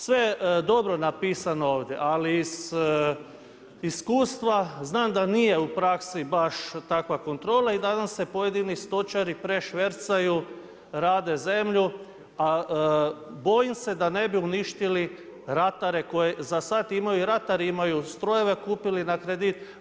Sve je dobro napisano ovdje, ali iz iskustva, znam da nije u praksi baš takva kontrola i nadam se pojedini stočari prošvercaju, rade zemlju, a bojim se da ne bi uništili ratare koji, za sad imaju ratari imaju strojeve, kupili na kredit.